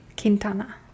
Quintana